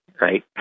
right